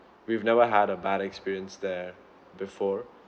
we've never had a bad experience there before